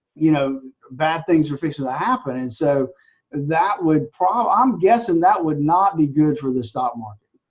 you know bad things were fixed and that happen and so that would um um guess and that would not be good for the stock market.